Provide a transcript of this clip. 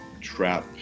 trap